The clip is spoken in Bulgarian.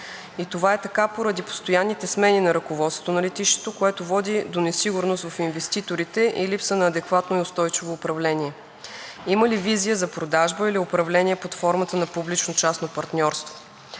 Това е така поради постоянните смени на ръководството на летището, което води до несигурност в инвеститорите и липса на адекватно и устойчиво управление. Има ли визия за продажба или управление под формата на публично-частно партньорство?